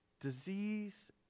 disease